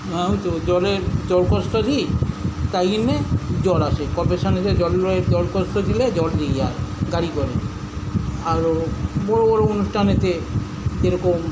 হ্যাঁ ওই তো জলের জল কস্টটা দিই তাই জন্য জল আসে কর্পোরেশনের যে জলের জল কস্টটা দিলে জল দিয়ে যায় গাড়ি করে আরো বড় বড় অনুষ্ঠানেতে যেরকম